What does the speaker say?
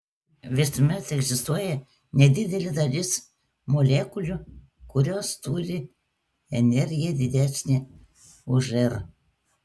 visuomet egzistuoja nedidelė dalis molekulių kurios turi energiją didesnę už r